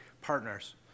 partners